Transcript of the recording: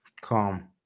Calm